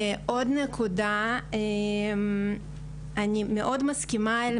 עוד נקודה, אני מאוד מסכימה עם